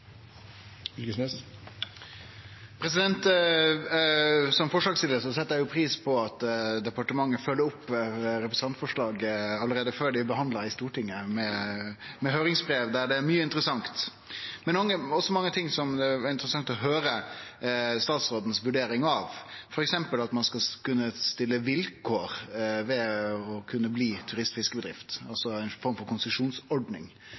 behandla i Stortinget, med eit høyringsbrev, der det er mykje interessant. Men det var også mykje som det var interessant å høyre statsråden si vurdering av, f.eks. at ein skal kunne stille vilkår for å bli turistfiskebedrift, altså ei slags konsesjonsordning.